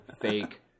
fake